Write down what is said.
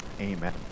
Amen